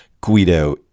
Guido